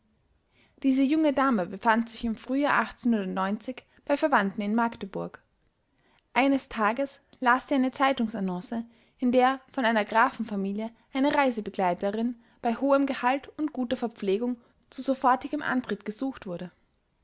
diese junge dame befand sich im frühjahr bei verwandten in magdeburg eines tages las sie eine zeitungsannonce in der von einer grafenfamilie eine reisebegleiterin bei hohem gehalt und guter verpflegung zu sofortigem antritt gesucht wurde